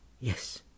Yes